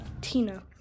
Tina